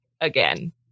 again